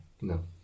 No